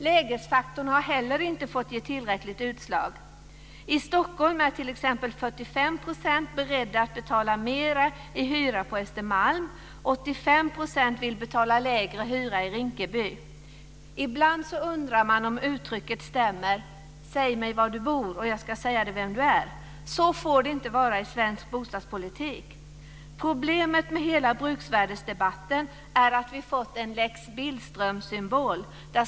Lägesfaktorn har heller inte fått ge tillräckligt utslag. I Stockholm är t.ex. 45 % beredda att betala mer i hyra på Östermalm medan 85 % vill betala lägre hyra i Rinkeby. Ibland undrar man om uttrycket stämmer: Säg mig var du bor, och jag ska säga dig vem du är. Så får det inte vara i svensk bostadspolitik. Problemet med hela bruksvärdesdebatten är att vi har fått en lex Billström-symbol.